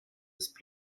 ist